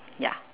ya